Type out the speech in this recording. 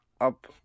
up